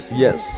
yes